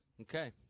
Okay